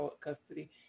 custody